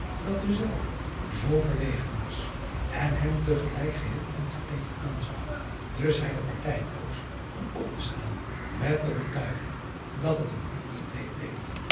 dat dezelve zoo verlegen was en hem te gelijk geheel ontevreden aanzag dus hij de partij koos om op te staan met de betuiging dat het hem hartelijk leed